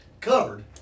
covered